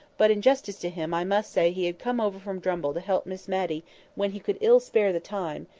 but, in justice to him, i must say he had come over from drumble to help miss matty when he could ill spare the time,